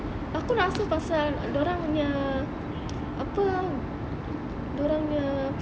aku rasa pasal diorang nya apa diorang nya